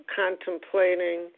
contemplating